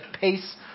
pace